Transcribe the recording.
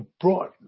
brought